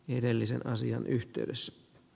edellisen asian yhteydessä s